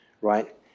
right